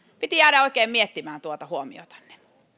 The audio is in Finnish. piti jäädä oikein miettimään tuota huomiotanne